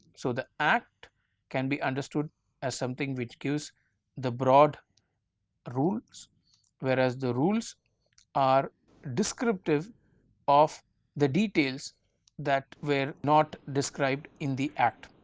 so, the act can be understood as something which gives the broad rule whereas, the rules are descriptive of the details that were not described in the act.